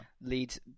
leads